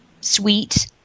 sweet